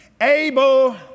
Abel